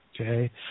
okay